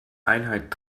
einheit